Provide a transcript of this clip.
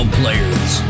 players